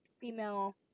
female